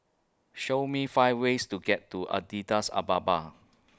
Show Me five ways to get to Adidas Ababa